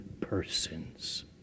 persons